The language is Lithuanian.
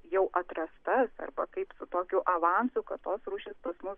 jau atrastas arba kaip su tokiu avansu kad tos rūšys pas mus